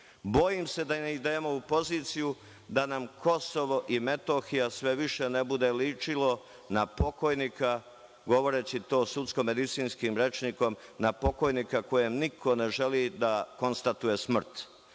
se da ne idemo u poziciju da nam KiM sve više ne bude ličilo na pokojnika, govoreći to sudsko-medicinskim rečnikom, na pokojnika kojem niko ne želi da konstatuje smrt,